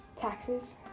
taxes,